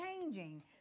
changing